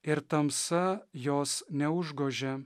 ir tamsa jos neužgožė